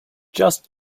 just